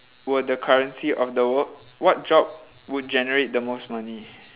were the currency of the world what job would generate the most money